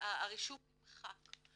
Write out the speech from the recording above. הרישום נמחק.